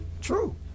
true